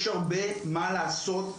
יש הרבה מה לעשות,